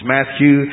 Matthew